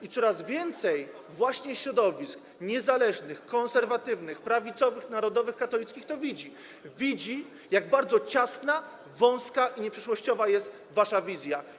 I coraz więcej właśnie środowisk niezależnych, konserwatywnych, prawicowych, narodowych i katolickich to widzi - widzi, jak bardzo ciasna, wąska i nieprzyszłościowa jest wasza wizja.